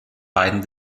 beiden